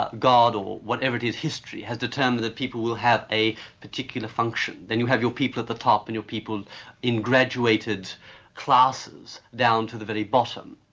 but god, or whatever it is, history, has determined that people will have a particular function, then you have your people at the top and your people in graduated classes down to the very bottom.